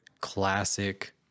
classic